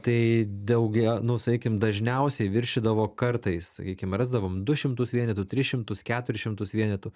tai daugia nu sakykim dažniausiai viršydavo kartais sakykime rasdavom du šimtus vienetų tris šimtus keturis šimtus vienetų